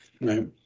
Right